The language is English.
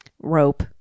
rope